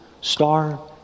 star